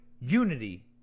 unity